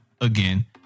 again